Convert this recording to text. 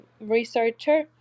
researcher